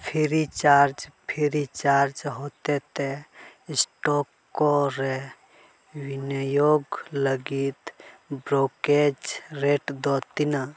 ᱦᱚᱛᱮ ᱛᱮ ᱠᱚᱨᱮ ᱵᱤᱱᱤᱭᱳᱜᱽ ᱞᱟᱹᱜᱤᱫ ᱫᱚ ᱛᱤᱱᱟᱹᱜ